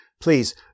Please